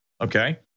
okay